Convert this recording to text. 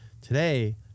today